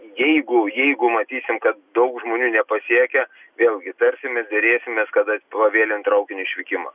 jeigu jeigu matysim kad daug žmonių nepasiekė vėlgi tarsimės derėsimės kada pavėlint traukinio išvykimą